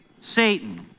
Satan